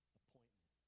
appointment